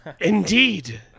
Indeed